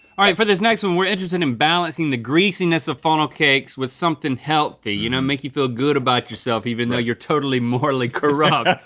all right for this next one we're interested in balancing the greasiness of funnel cakes with something healthy, you know make you feel good about yourself even though you're totally morally corrupt.